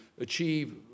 achieve